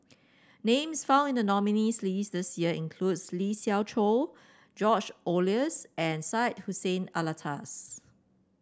names found in the nominees' list this year include Lee Siew Choh George Oehlers and Syed Hussein Alatas